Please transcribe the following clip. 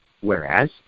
whereas